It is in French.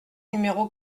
numéro